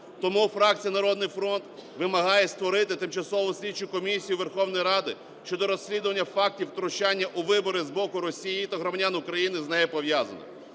Тому фракція "Народний фронт" вимагає створити Тимчасову слідчу комісію Верховної Ради щодо розслідування фактів втручання у вибори з боку Росії та громадян України, з нею пов'язаних.